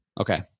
Okay